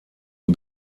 die